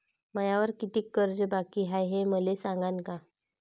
मायावर कितीक कर्ज बाकी हाय, हे मले सांगान का?